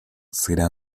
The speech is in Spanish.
será